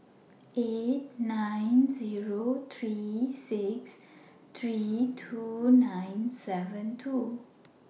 eight nine Zero three six three two nine seven two